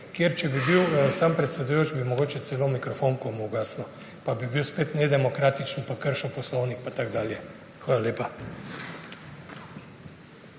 kjer, če bi bil sam predsedujoči, bi mogoče celo mikrofon komu uganil, pa bi bil spet nedemokratičen pa kršil poslovnik pa tako dalje. Hvala lepa.